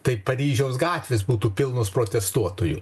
tai paryžiaus gatvės būtų pilnos protestuotojų